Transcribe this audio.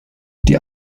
die